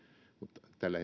tällä